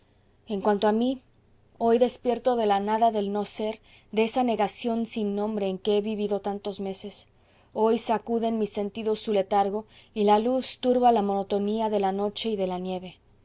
en cuanto a mí hoy despierto de la nada del no ser de esa negación sin nombre en que he vivido tantos meses hoy sacuden mis sentidos su letargo y la luz turba la monotonía de la noche y de la nieve